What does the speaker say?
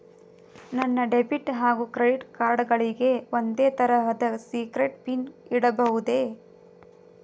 ನನ್ನ ಡೆಬಿಟ್ ಹಾಗೂ credit card ಗಳಿಗೆ ಒಂದೇ ತರಹದ ಸೀಕ್ರೇಟ್ ಪಿನ್ ಇಡಬಹುದೇ?